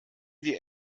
wir